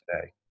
today